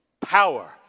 power